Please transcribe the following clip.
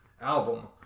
album